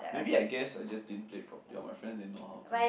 maybe I guess I just didn't played properly or my friends they know how to